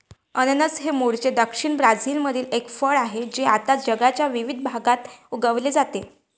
अननस हे मूळचे दक्षिण ब्राझीलमधील एक फळ आहे जे आता जगाच्या विविध भागात उगविले जाते